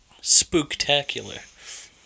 spooktacular